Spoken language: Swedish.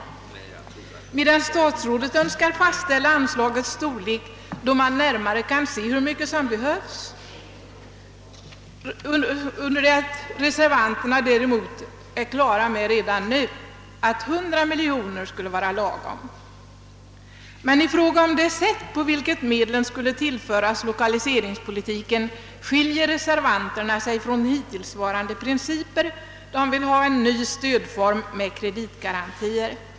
Statsrådet önskar vänta med att fastställa anslagets storlek till dess att man närmare kan se hur mycket som behövs, under det att reservanterna redan nu har klart för sig att 100 miljoner skulle vara lagom. Men i fråga om det sätt på vilket medlen skulle tillföras lokaliseringspolitiken skiljer sig reservanterna från hittillsvarande principer. De vill ha en ny stödform med kreditgarantier.